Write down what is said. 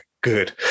good